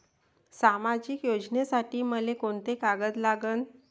सामाजिक योजनेसाठी मले कोंते कागद लागन?